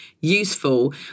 useful